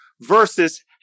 versus